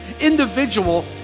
individual